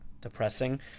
depressing